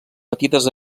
petites